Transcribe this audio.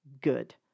Good